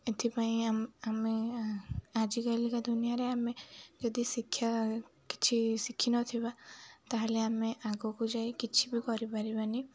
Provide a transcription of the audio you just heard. ଏଥିପାଇଁ ଆମେ ଆଜିକାଲିକା ଦୁନିଆରେ ଆମେ ଯଦି ଶିକ୍ଷା କିଛି ଶିଖିନଥିବା ତାହେଲେ ଆମେ ଆଗକୁ ଯାଇ କିଛି ବି କରିପାରିବାନି